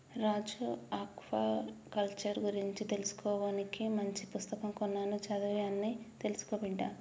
రాజు aquaculture గురించి తెలుసుకోవానికి మంచి పుస్తకం కొన్నాను చదివి అన్ని తెలుసుకో బిడ్డా